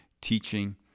teaching